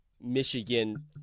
Michigan